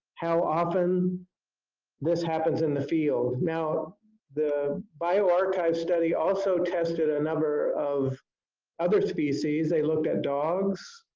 how often this happens in the field now the bio archive study also tested a number of other species. they looked at dogs.